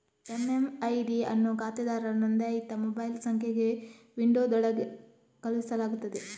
MMID ಅನ್ನು ಖಾತೆದಾರರ ನೋಂದಾಯಿತ ಮೊಬೈಲ್ ಸಂಖ್ಯೆಗೆ ವಿಂಡೋದೊಳಗೆ ಕಳುಹಿಸಲಾಗುತ್ತದೆ